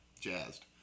jazzed